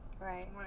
right